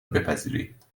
بپذیرید